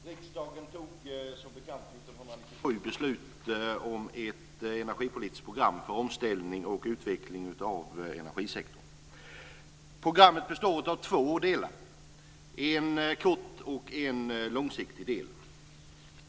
Fru talman! Riksdagen tog som bekant 1997 beslut om ett energipolitiskt program för omställning och utveckling av energisektorn. Programmet består av två delar; en kortsiktig och en långsiktig del.